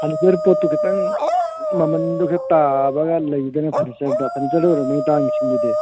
furniture ꯄꯣꯠꯇꯨ ꯈꯤꯇꯪ ꯃꯃꯟꯗꯨ ꯈꯔ ꯇꯥꯕꯒ ꯂꯩꯗꯅ ꯐꯔꯅꯤꯆꯔꯗ ꯐꯔꯅꯤꯆꯔꯗ ꯑꯣꯏꯔꯝꯒꯅꯤ ꯇꯥꯡꯉꯤꯁꯤꯡꯗꯨꯗꯤ